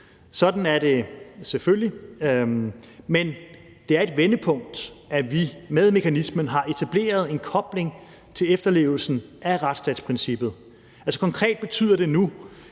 Sådan er det selvfølgelig, men det er et vendepunkt, at vi med mekanismen har etableret en kobling til efterlevelsen af retsstatsprincippet. Altså, konkret betyder det nu,